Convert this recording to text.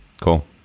Cool